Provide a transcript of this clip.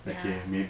ya